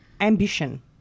ambition